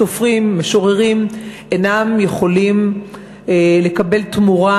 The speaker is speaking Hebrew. סופרים, משוררים, אינם יכולים לקבל תמורה,